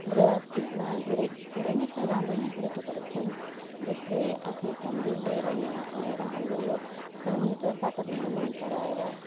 र त्यसमा धेरै धेरै नै त राम्रै नै पर्यटकहरू छन् जसले आफ्नो फ्यामिली लिएर यहाँ आएर हाम्रो यो शान्त वातावरणलाई मनपराएर